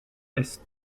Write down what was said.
est